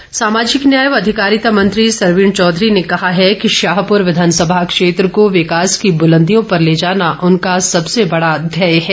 सरवीण चौघरी सामाजिक न्याय व अधिकारिता मंत्री सरवीण चौधरी ने कहा है कि शाहपुर विधानसभा क्षेत्र को विकास की बुलंदियों पर ले जाना उनका सबसे बड़ा ध्येय है